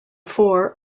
four